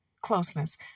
closeness